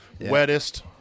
wettest